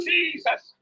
Jesus